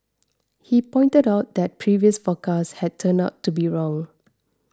he pointed out that previous forecasts had turned out to be wrong